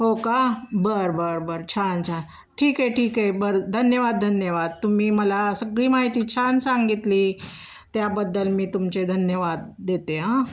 हो का बरं बरं बरं छान छान ठीक आहे ठीक आहे बरं धन्यवाद धन्यवाद तुम्ही मला सगळी माहिती छान सांगितली त्याबद्दल मी तुमचे धन्यवाद देते ह